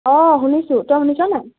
অঁ শুনিছোঁ তই শুনিছ নে নাই